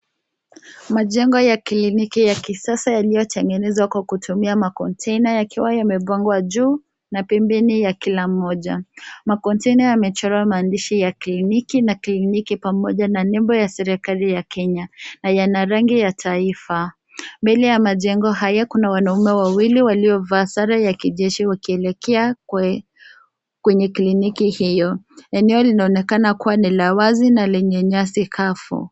Majengo ya kliniki ya kisasa yaliyotengenezwa kwa kutumia makontaina yakiwa yamepangwa juu na pembeni ya kila mmoja. Makontaina yamechorwa maandishi ya kliniki pamoja na nembo ya serikali ya Kenya na yana rangi ya taifa. Mbele ya majengo haya kuna wanaume wawili waliovaa sare ya kijeshi wakielekea kwenye kliniki hiyo. Eneo linaonekana kuwa ni la wazi na leney nyasi kavu.